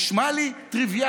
נשמע לי טריוויאלי.